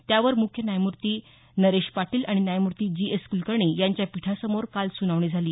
त्यावर मुख्य न्यायमूर्ती नरेश पाटील आणि न्यायमूर्ती जी एस कुलकर्णी यांच्या पीठासमोर काल सुनावणी झाली